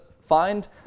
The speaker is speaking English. find